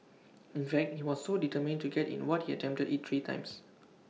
in fact he was so determined to get in what he attempted IT three times